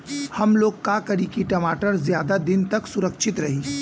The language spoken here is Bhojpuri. हमलोग का करी की टमाटर ज्यादा दिन तक सुरक्षित रही?